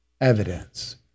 evidence